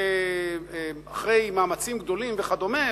אחרי מאמצים גדולים וכדומה,